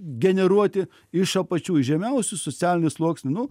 generuoti iš apačių iš žemiausių socialinių sluoksnių nu